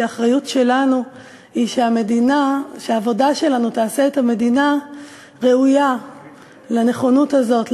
שהאחריות שלנו היא שהעבודה שלנו תעשה את המדינה ראויה לנכונות הזאת,